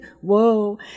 whoa